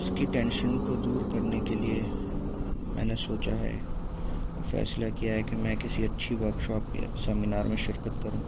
اس کی ٹینشن کو دور کرنے کے لیے میں نے سوچا ہے اور فیصلہ کیا ہے کہ میں کسی اچھی ورکشاپ یا سیمینار میں شرکت کروں